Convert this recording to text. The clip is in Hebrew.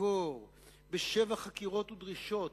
לחקור בשבע חקירות ודרישות